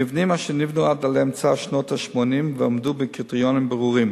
מבנים אשר נבנו עד אמצע שנות ה-80 ועמדו בקריטריונים ברורים.